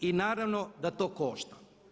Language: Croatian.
I naravno da to košta.